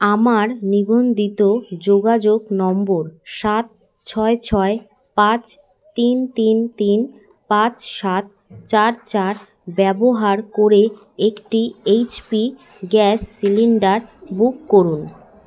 আমার নিবন্ধিত যোগাযোগ নম্বর সাত ছয় ছয় পাঁচ তিন তিন তিন পাঁচ সাত চার চার ব্যবহার করে একটি H P gas cylinder book করুন